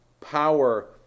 power